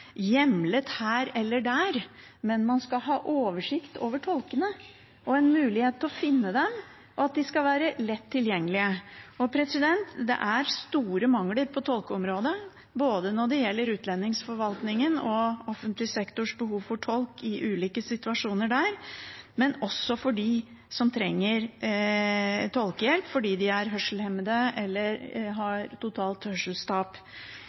hjemlet her eller der. Man skal ha oversikt over tolkene og en mulighet til å finne dem, og de skal være lett tilgjengelige. Det er store mangler på tolkeområdet, ikke bare når det gjelder utlendingsforvaltningen og offentlig sektors behov for tolk i ulike situasjoner, men også for dem som trenger tolkehjelp fordi de er hørselshemmet eller